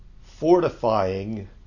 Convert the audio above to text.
fortifying